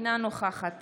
אינה נוכחת